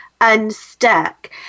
unstuck